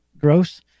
gross